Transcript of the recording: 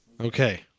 Okay